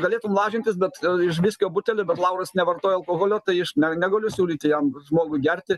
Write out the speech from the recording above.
galėtum lažintis bet iš viskio butelio bet lauras nevartoja alkoholio tai iš negaliu siūlyti jam žmogui gerti